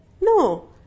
No